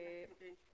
הציבור.